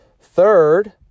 Third